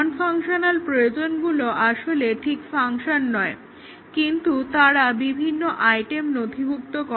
নন functional প্রয়োজনগুলো আসলে ঠিক ফাংশন নয় কিন্তু তারা বিভিন্ন আইটেম নথিভুক্ত করে